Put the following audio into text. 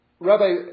Rabbi